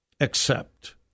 accept